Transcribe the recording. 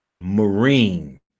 Marine